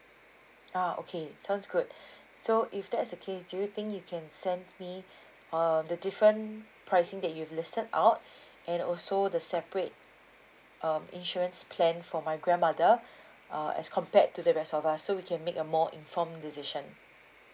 ah okay sounds good so if that's the case do you think you can send me um the different pricing that you've listed out and also the separate um insurance plan for my grandmother uh as compared to the rest of us so we can make a more informed decision